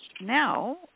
now